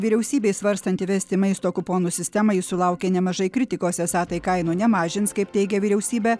vyriausybei svarstant įvesti maisto kuponų sistemą ji sulaukė nemažai kritikos esą tai kainų nemažins kaip teigia vyriausybė